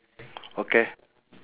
okay